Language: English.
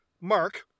Mark